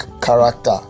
character